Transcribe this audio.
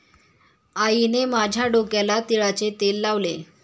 आईने माझ्या डोक्याला तिळाचे तेल लावले